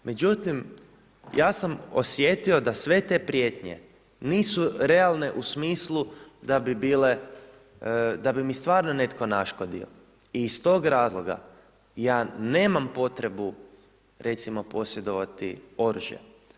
Međutim ja sam osjetio da sve te prijetnje nisu realne u smislu da bi mi stvarno netko naškodio i iz tog razloga ja nemam potrebu recimo posjedovati oružje.